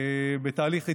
בתהליך איטי,